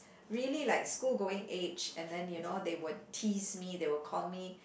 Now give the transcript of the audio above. really like school going age and then you know they would tease me they would call me